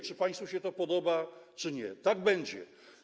Czy państwu się to podoba czy nie, tak będzie.